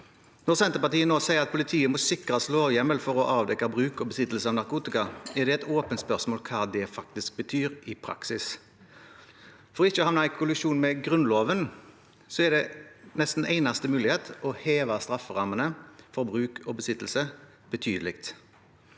Når Senterpartiet nå sier at politiet må sikres lovhjemmel til å avdekke bruk og besittelse av narkotika, er det et åpent spørsmål hva det faktisk betyr i praksis. For ikke å havne i kollisjon med Grunnloven er nesten eneste mulighet å heve strafferammene for bruk og besittelse betydelig.